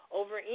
over